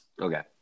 Okay